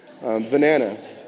Banana